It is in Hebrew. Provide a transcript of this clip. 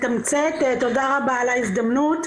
נתמצת, תודה רבה על ההזדמנות.